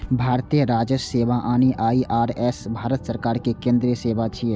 भारतीय राजस्व सेवा यानी आई.आर.एस भारत सरकार के केंद्रीय सेवा छियै